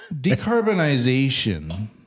Decarbonization